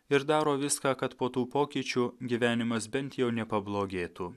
ir daro viską kad po tų pokyčių gyvenimas bent jau nepablogėtų